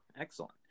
Excellent